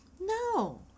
No